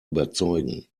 überzeugen